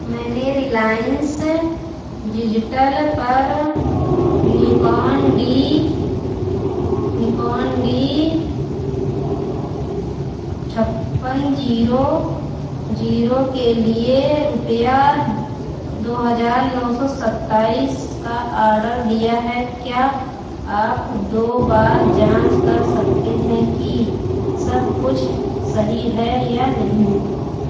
मैंने Reliance Digital पर Nikon D Nikon D छप्पन जीरो जीरो के लिए रुपया दो हज़ार नौ सौ सत्ताईस का ऑर्डर दिया है क्या आप दो बार जाँच कर सकते हैं कि सब कुछ सही है या नहीं